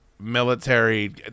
military